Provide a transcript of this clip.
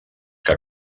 que